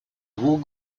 двух